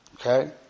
Okay